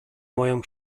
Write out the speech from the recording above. moją